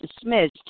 dismissed